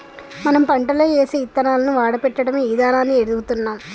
మనం పంటలో ఏసే యిత్తనాలను వాడపెట్టడమే ఇదానాన్ని ఎడుతున్నాం